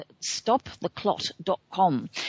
StopTheClot.com